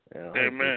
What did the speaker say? Amen